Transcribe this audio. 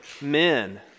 men